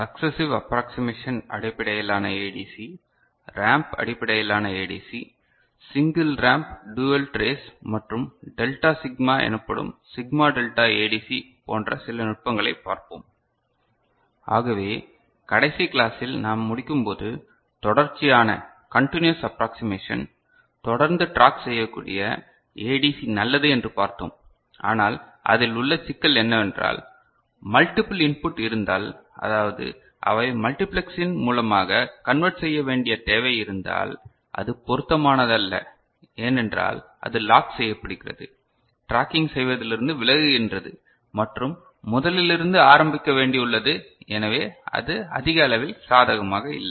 successive approximation அடிப்படையிலான ADC ramp அடிப்படையிலான ADC single ramp dual trace மற்றும் டெல்டா சிக்மா எனப்படும் சிக்மா டெல்டா ஏடிசி போன்ற சில நுட்பங்களைப் பார்ப்போம் ஆகவே கடைசி கிளாஸில் நாம் முடிக்கும்போது தொடர்ச்சியான கண்டினுவுஸ் அப்ராக்ஸிமேஷன் தொடர்ந்து ட்ராக் செய்யக்கூடிய ஏடிசி நல்லது என்று பார்த்தோம் ஆனால் அதில் உள்ள சிக்கல் என்னவென்றால் மல்டிபிள் இன்புட் இருந்தால் அதாவது அவை மல்டிபிளக்ஸ் இன் மூலமாக கன்வெர்ட் செய்ய வேண்டிய தேவை இருந்தால் அது பொருத்தமானதல்ல ஏனென்றால் அது லாக் செய்யப்படுகிறது ட்ராக்கிங் செய்வதிலிருந்து விலகுகின்றது மற்றும் முதலிலிருந்து ஆரம்பிக்க வேண்டியுள்ளது எனவே அது அதிக அளவில் சாதகமாக இல்லை